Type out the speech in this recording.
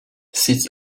sits